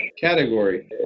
category